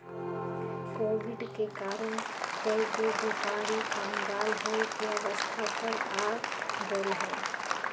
Covid के कारण कएगो व्यापारी क़ँगाल होये के अवस्था पर आ गेल हइ